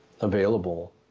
available